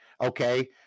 okay